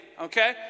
okay